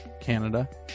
Canada